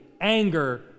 anger